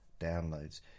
downloads